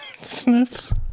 Sniffs